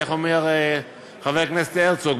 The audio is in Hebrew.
איך אומר חבר הכנסת הרצוג,